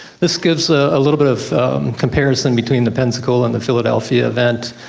this gives ah a little bit of comparison between the pensacola and the philadelphia event.